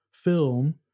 film